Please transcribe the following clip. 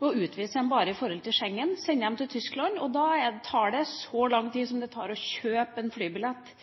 utviser dem bare til Schengen – sender dem til Tyskland. Da tar det så lang tid som det tar å kjøpe en flybillett